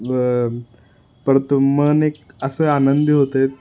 ब परत मन एक असं आनंदी होतात